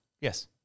Yes